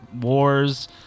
wars